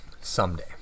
someday